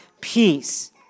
peace